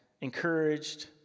encouraged